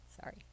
sorry